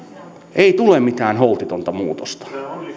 ei tule mitään holtitonta muutosta